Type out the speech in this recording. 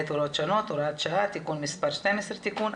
והוראות שונות) (הוראת שעה) (תיקון מס' 12) (תיקון),